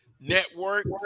Network